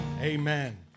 Amen